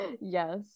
Yes